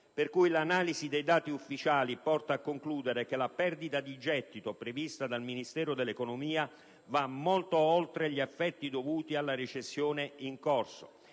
al quale l'analisi dei dati ufficiali porta a concludere che la perdita prevista dal Ministero dell'economia va molto oltre gli effetti dovuti alla recessione in corso.